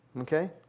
Okay